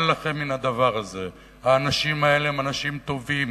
אל לכם מן הדבר הזה, האנשים האלה הם אנשים טובים